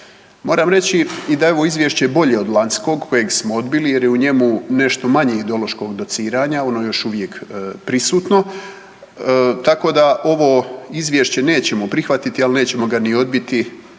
Moram reći i da je ovo izvješće bolje od lanjskog kojeg smo odbili jer je u njemu nešto manje ideološkog dociranja. Ono je još uvijek prisutno, tako da ovo izvješće nećemo prihvatiti, ali nećemo ga ni odbiti,